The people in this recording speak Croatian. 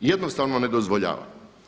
Jednostavno ne dozvoljava.